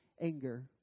anger